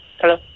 Hello